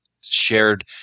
shared